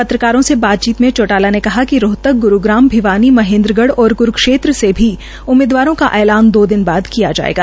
पत्रकारों से बातचीत में चौटाला ने कहा कि रोहतक ग्रुग्राम भिवानी महेन्द्रग और क्रुक्षेत्र से भी उम्मीदवारों का ऐलान दो दिन बाद किया जाएगा